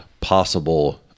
possible